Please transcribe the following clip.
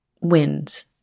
wins